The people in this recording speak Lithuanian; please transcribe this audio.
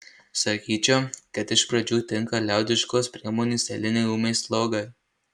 sakyčiau kad iš pradžių tinka ir liaudiškos priemonės eilinei ūmiai slogai